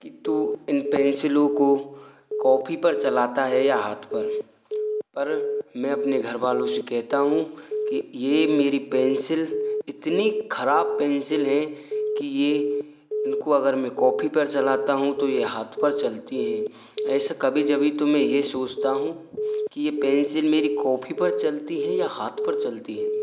कि तू इन पेंसिलों को कॉपी पर चलाता है या हाथ पर पर मैं अपने घरवालों से कहता हूँ कि यह मेरी पेंसिल इतनी खराब पेंसिल कि यह इनको अगर मैं कॉफी पर चलाता हूँ तो यह हाथ पर चलती हैं ऐसे कभी कभी तो मैं यह सोचता हूँ कि यह पेंसिल मेरी कॉफी पर चलती हैं या हाथ पर चलती हैं